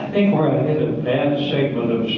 a bad segment of